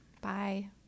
Bye